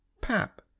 pap